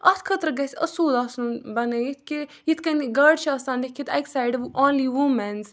اَتھ خٲطرٕ گَژھہِ اصوٗل آسُن بَنٲیِتھ کہِ یِتھ کٔنۍ گاڑِ چھُ آسان لیٚکھِتھ اَکہِ سایڈٕ اونلی ووٗمیٚنٕز